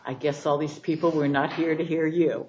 i guess all these people who are not here to hear you